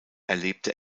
erlebte